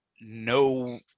no